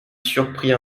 surpris